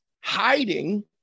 hiding